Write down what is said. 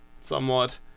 somewhat